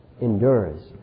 endures